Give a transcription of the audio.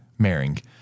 Maring